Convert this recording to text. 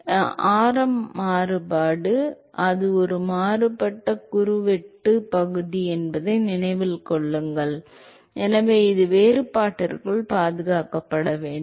எனவே ஆரம் மாறுபாடு அது ஒரு மாறுபட்ட குறுக்குவெட்டு பகுதி என்பதை நினைவில் கொள்ளுங்கள் எனவே அது வேறுபாட்டிற்குள் பாதுகாக்கப்பட வேண்டும்